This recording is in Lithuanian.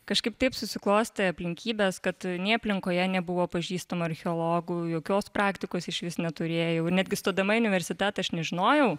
kažkaip taip susiklostė aplinkybės kad nei aplinkoje nebuvo pažįstamų archeologų jokios praktikos išvis neturėjau netgi stodama į universitetą aš nežinojau